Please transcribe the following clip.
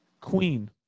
Queen